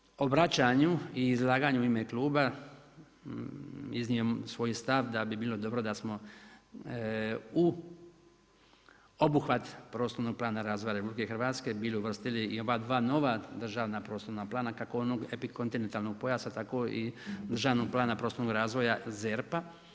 Ja sam u svom obraćanju i izlaganju u ime kluba iznio svoj stav da bi bilo dobro da smo u obuhvat Prostornog plana razvoja RH bili uvrstili i ova dva nova prostorna plana kako onog epikontinentalnog pojasa tako i Državnog plana prostornog razvoja ZERP-a.